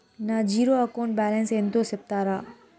నా zero account balance ఎంతో సెప్తారా?